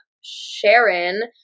Sharon